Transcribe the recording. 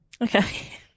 okay